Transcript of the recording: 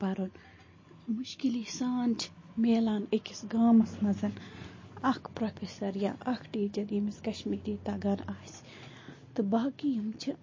پَرُن مُشکلی سان چھِ مٮ۪لان أکِس گامس منٛز اَکھ پرٛیفیسر یا اَکھ ٹیٖچر ییٚمِس کشمیری تَگان آسہِ تہٕ باقی یِم چھِ